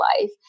life